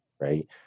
right